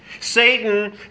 Satan